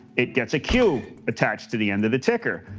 it gets a q attached to the end of the ticker.